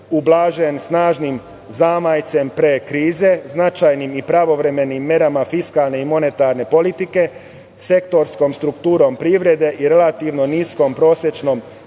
ublažen snažnim zamajcem pre krize, značajnim i pravovremenim merama fiskalne i monetarne politike, sektorskom strukturom privrede i relativno niskom prosečnom